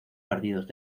partidos